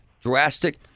drastic